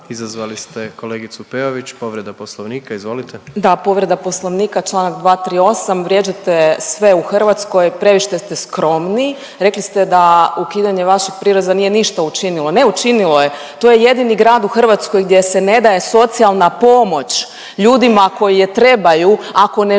Izazvali ste kolegicu Peović, povreda Poslovnika. Izvolite. **Peović, Katarina (RF)** Da, povreda Poslovnika Članak 238., vrijeđate sve u Hrvatskoj. Previše ste skromni. Rekli ste da ukidanje vašeg prireza nije ništa učinilo. Ne, učinilo je to je jedini grad u Hrvatskoj gdje se ne daje socijalna pomoć ljudima koji je trebaju ako ne žele